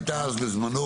הייתה בזמנו